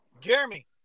Jeremy